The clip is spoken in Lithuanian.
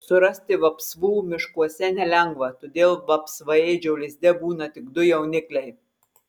surasti vapsvų miškuose nelengva todėl vapsvaėdžio lizde būna tik du jaunikliai